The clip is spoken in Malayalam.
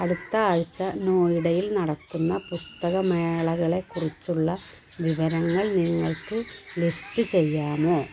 അടുത്ത ആഴ്ച്ച നോയിഡയിൽ നടക്കുന്ന പുസ്തക മേളകളെ കുറിച്ചുള്ള വിവരങ്ങൾ നിങ്ങൾക്ക് ലിസ്റ്റ് ചെയ്യാമോ